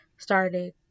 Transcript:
Started